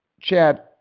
Chad